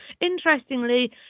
Interestingly